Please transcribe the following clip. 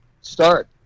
start